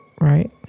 right